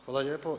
Hvala lijepa.